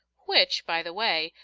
which, by the way,